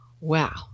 Wow